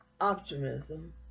optimism